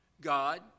God